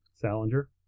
Salinger